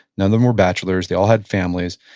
none of them were bachelors, they all had families.